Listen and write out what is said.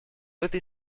этой